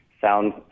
sound